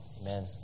Amen